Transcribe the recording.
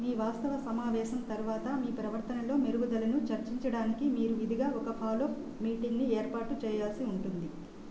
మీ వాస్తవ సమావేశం తరువాత మీ ప్రవర్తనలో మెరుగుదలను చర్చించడానికి మీరు విధిగా ఒక ఫాలోప్ మీటింగ్ని ఏర్పాటు చేయాల్సి ఉంటుంది